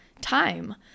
time